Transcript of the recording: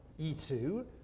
e2